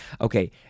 Okay